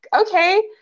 Okay